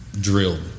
drilled